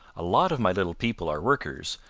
a lot of my little people are workers,